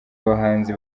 abahanzi